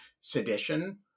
sedition